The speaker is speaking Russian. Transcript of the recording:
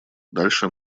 дальше